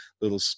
little